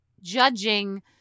judging